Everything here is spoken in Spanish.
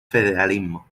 federalismo